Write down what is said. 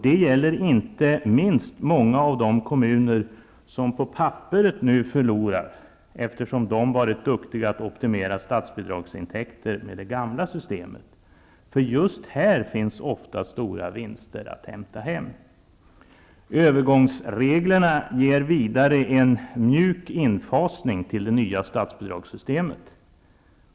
Det gäller inte minst många av de kommuner som på papperet nu förlorar, eftersom de har varit duktiga att optimera statsbidragsintäkter med det ganla systemet. Just här finns ofta stora vinster att hämta hem. Övergångsreglerna ger vidare en mjuk infasning till det nya statsbidragssystemet.